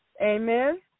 Amen